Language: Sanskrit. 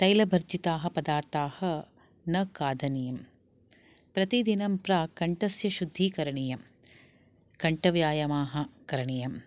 तैलभर्जिताः पदार्थाः न खादनीयम् प्रतिदिनं प्राक् कण्ठस्य शुद्धीकरणं करणीयम् कण्ठव्यायामा करणीयम्